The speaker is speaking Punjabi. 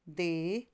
ਦੇ